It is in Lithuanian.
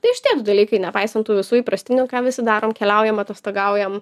tai šitie du dalykai nepaisant tų visų įprastinių ką visi darom keliaujam atostogaujam